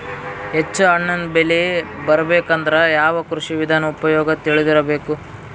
ಹೆಚ್ಚು ಹಣ್ಣನ್ನ ಬೆಳಿ ಬರಬೇಕು ಅಂದ್ರ ಯಾವ ಕೃಷಿ ವಿಧಾನ ಉಪಯೋಗ ತಿಳಿದಿರಬೇಕು?